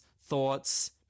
thoughts